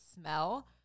smell